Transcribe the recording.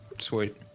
Sweet